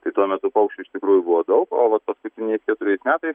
tai tuo metu paukščių iš tikrųjų buvo daug o vat paskutiniais keturiais metais